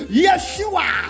Yeshua